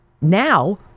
Now